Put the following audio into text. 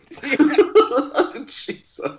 Jesus